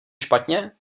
špatně